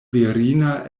virina